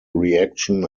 reaction